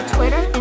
Twitter